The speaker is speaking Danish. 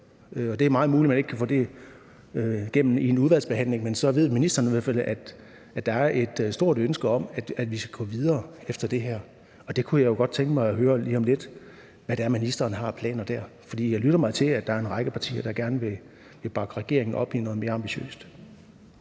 det er meget muligt, at man ikke kan få det igennem inden udvalgsbehandlingen, men så ved ministeren i hvert fald, at der er et stort ønske om at komme videre efter det her. Og der kunne jeg godt tænke mig at høre lige om lidt, hvad det er, ministeren har af planer dér. For jeg lytter mig til, at der er en række partier, der gerne vil bakke regeringen op i noget mere ambitiøst.